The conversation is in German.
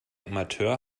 amateur